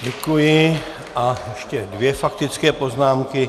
Děkuji a ještě dvě faktické poznámky.